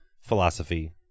philosophy